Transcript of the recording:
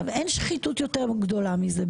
בעיניי אין שחיתות יותר גדולה זה,